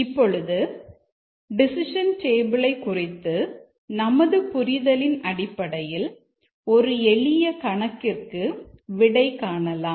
இப்பொழுது டெசிஷன் டேபிளை குறித்து நமது புரிதலின் அடிப்படையில் ஒரு எளிய கணக்கிற்கு விடை காணலாம்